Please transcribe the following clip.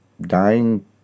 dying